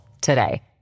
today